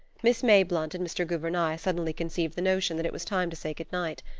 miss mayblunt and mr. gouvernail suddenly conceived the notion that it was time to say good night.